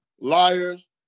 liars